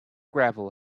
gravel